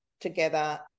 together